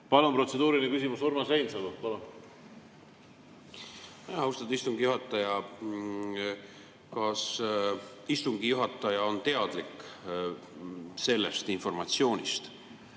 varem. Protseduuriline küsimus, Urmas Reinsalu. Palun! Austatud istungi juhataja! Kas istungi juhataja on teadlik sellest informatsioonist?